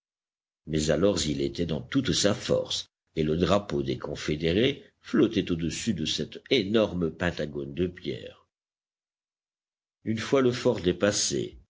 mais alors il était dans toute sa force et le drapeau des confédérés flottait au-dessus de cet énorme pentagone de pierre une fois le fort dépassé